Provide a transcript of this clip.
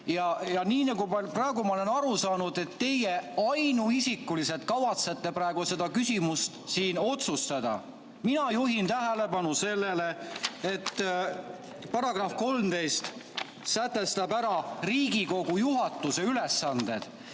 Ja nii nagu ma olen aru saanud, teie ainuisikuliselt kavatsete praegu selle küsimuse siin otsustada. Mina juhin tähelepanu sellele, et § 13 sätestab Riigikogu juhatuse ülesanded.